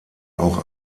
auch